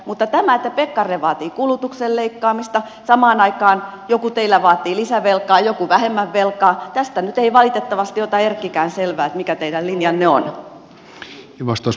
mutta tästä että pekkarinen vaatii kulutuksen leikkaamista samaan aikaan joku teillä vaatii lisävelkaa joku vähemmän velkaa ei nyt valitettavasti ota erkkikään selvää mikä teidän linjanne on